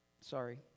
Sorry